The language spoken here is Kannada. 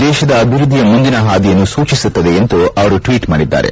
ದೇಶದ ಅಭಿವೃದ್ದಿಯ ಮುಂದಿನ ಹಾದಿಯನ್ನು ಸೂಚಿಸುತ್ತದೆ ಎಂದು ಅವರು ಟ್ನೀಟ್ ಮಾಡಿದ್ದಾರೆ